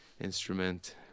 instrument